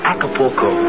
Acapulco